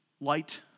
light